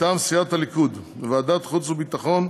מטעם סיעת הליכוד: בוועדת החוץ והביטחון,